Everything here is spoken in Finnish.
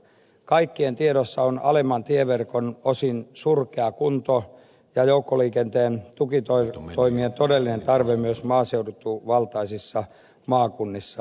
kaikkien tiedossa on alemman tieverkon osin surkea kunto ja joukkoliikenteen tukitoimien todellinen tarve myös maaseutuvaltaisissa maakunnissa